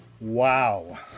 Wow